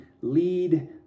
lead